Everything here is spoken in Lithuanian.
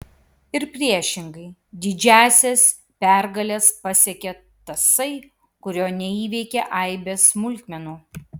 ir priešingai didžiąsias pergales pasiekia tasai kurio neįveikia aibės smulkmenų